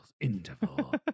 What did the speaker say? interval